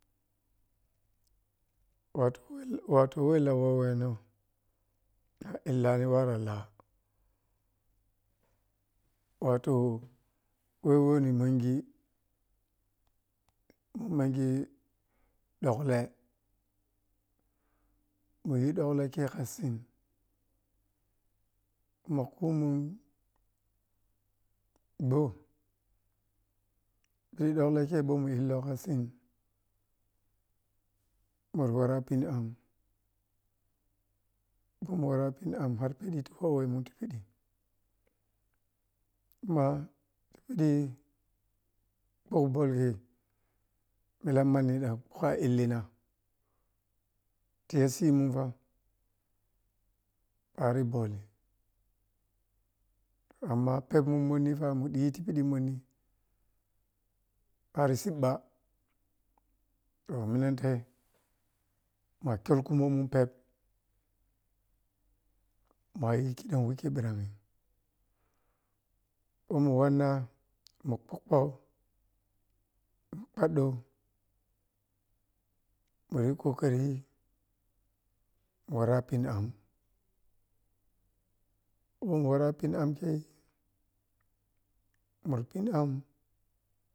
Wattu wattu weh lagho wenoh na illani ware lah wato wo wo ni menji menji ɗokle muyi ɗokle khei khasin kuma khomun bro ɗokle khei bamu khasim mur mura wara pil am mura wara pil am har ɗita khobemu ti piɗi kuma ti piɗi wa illinah tiye sin fa ariyi iʒollim amma phep mami paɗi manni proh siɓɓa to minati ma kyol kuma phep ma yi khidan wikhe ɓiran kho mu wanna mu khokko paɗɗo muyi kokaro muri ra pil am kho mu rapil am kai mu rapil am.